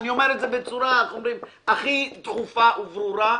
אני אומר את זה בצורה הכי דחופה וברורה,